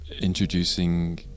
introducing